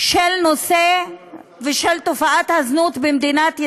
של נושא ושל תופעת הזנות במדינת ישראל,